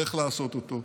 איך לעשות אותו?